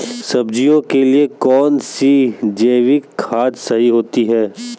सब्जियों के लिए कौन सी जैविक खाद सही होती है?